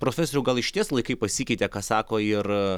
profesoriau gal išties laikai pasikeitė ką sako ir